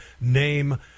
name